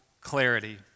clarity